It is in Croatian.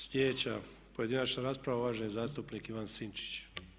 Sljedeća pojedinačna rasprava uvaženi zastupnik Ivan Sinčić.